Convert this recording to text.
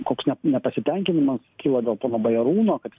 koks ne nepasitenkinimas kyla dėl pono bajarūno kad